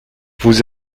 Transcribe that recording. vous